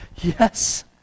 yes